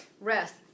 rest